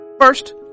First